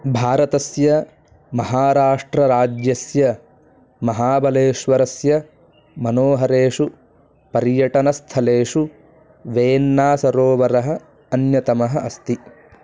भारतस्य महाराष्ट्रराज्यस्य महाबलेश्वरस्य मनोहरेषु पर्यटनस्थलेषु वेन्नासरोवरः अन्यतमः अस्ति